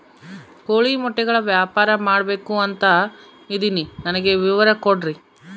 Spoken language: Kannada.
ಕೋಳಿ ಮೊಟ್ಟೆಗಳ ವ್ಯಾಪಾರ ಮಾಡ್ಬೇಕು ಅಂತ ಇದಿನಿ ನನಗೆ ವಿವರ ಕೊಡ್ರಿ?